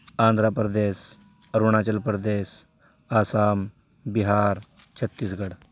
آندھرا پردیش اروناچل پردیش آسام بہار چھتیس گڑھ